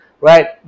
right